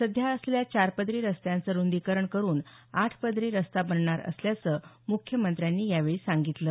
सध्या असलेल्या चार पदरी रस्त्याचं रुंदीकरण करून आठ पदरी रस्ता बनणार असल्याचं मुख्यमंत्र्यांनी यावेळी सांगितलं